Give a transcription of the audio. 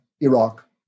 Iraq